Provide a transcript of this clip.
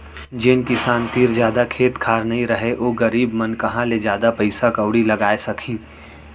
जेन किसान तीर जादा खेत खार नइ रहय ओ गरीब मन कहॉं ले जादा पइसा कउड़ी लगाय सकहीं